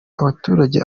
abaturage